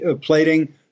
plating